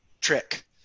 trick